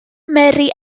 mary